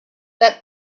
let